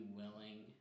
willing